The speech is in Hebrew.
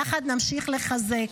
יחד נמשיך לחזק.